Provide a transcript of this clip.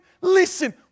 Listen